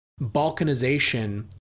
balkanization